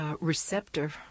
receptor